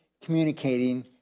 communicating